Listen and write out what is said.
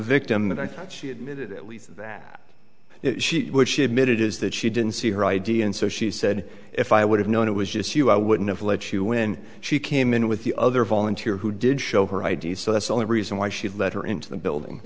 victim that i thought she admitted at least that which she admitted is that she didn't see her i d and so she said if i would have known it was just you i wouldn't have let you when she came in with the other volunteer who did show her i d so that's the only reason why she'd let her into the building